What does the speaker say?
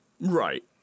Right